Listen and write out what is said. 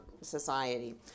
society